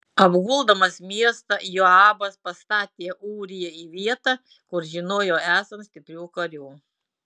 apguldamas miestą joabas pastatė ūriją į vietą kur žinojo esant stiprių karių